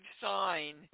sign